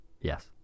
Yes